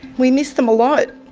we miss them a lot.